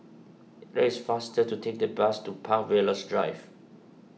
it is faster to take the bus to Park Villas Rise